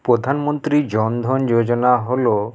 প্রধানমন্ত্রী জনধন যোজনা হলো